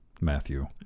Matthew